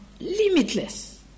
limitless